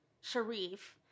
Sharif